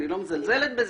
אני לא מזלזלת בזה,